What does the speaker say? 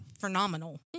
phenomenal